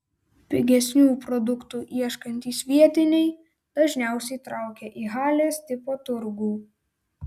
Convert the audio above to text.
pigesnių produktų ieškantys vietiniai dažniausiai traukia į halės tipo turgų